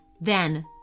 Then